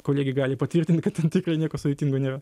kolegė gali patvirtinti kad ten tikrai nieko sudėtingo nėra